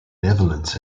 netherlands